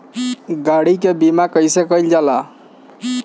गाड़ी के बीमा कईसे करल जाला?